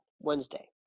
Wednesday